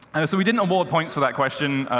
and so we didn't award points for that question,